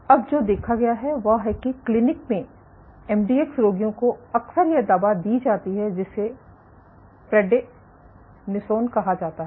अब जो देखा गया है वह है कि क्लिनिक में एमडीएक्स रोगियों को अक्सर यह दवा दी जाती है जिसे प्रेडनिसोन कहा जाता है